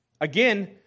Again